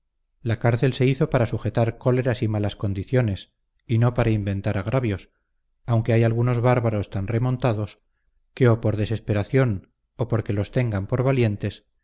la cárcel se hizo para sujetar cóleras y malas condiciones y no para inventar agravios aunque hay algunos bárbaros tan remontados que o por desesperación o porque los tengan por valientes